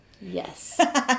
Yes